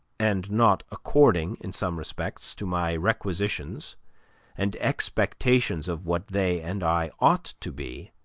and not according, in some respects, to my requisitions and expectations of what they and i ought to be,